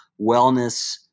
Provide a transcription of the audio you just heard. wellness